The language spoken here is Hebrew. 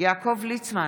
יעקב ליצמן,